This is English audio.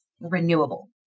renewable